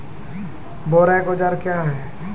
बोरेक औजार क्या हैं?